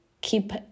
keep